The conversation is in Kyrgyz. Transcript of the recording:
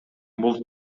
бул